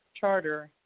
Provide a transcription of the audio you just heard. charter